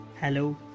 Hello